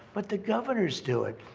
but the governors do it.